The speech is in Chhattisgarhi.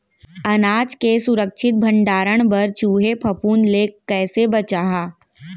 अनाज के सुरक्षित भण्डारण बर चूहे, फफूंद ले कैसे बचाहा?